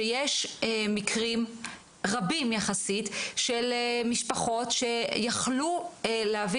שיש מקרים רבים יחסית של משפחות שיכלו להביא